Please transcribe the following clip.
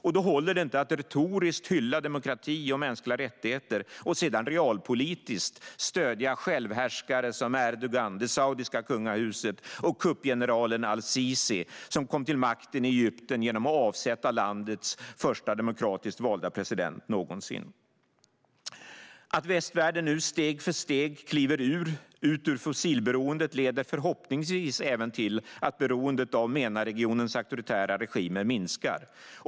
Och då håller det inte att retoriskt hylla demokrati och mänskliga rättigheter och sedan realpolitiskt stödja självhärskare som Erdogan, det saudiska kungahuset och kuppgeneralen al-Sisi, som kom till makten i Egypten genom att avsätta landets första demokratiskt valda president någonsin. Att västvärlden nu steg för steg kliver ut ur fossilberoendet leder förhoppningsvis även till att beroendet av MENA-regionens auktoritära regimer minskar.